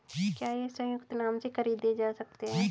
क्या ये संयुक्त नाम से खरीदे जा सकते हैं?